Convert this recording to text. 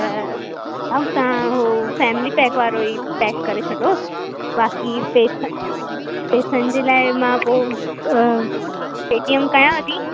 त भाउ तव्हां उहो फैमिली पैक वारो ई पैक करे छॾोसि बाक़ी पैसा पैसनि जे लाइ मां पोइ पेटीएम कयांव थी